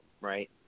right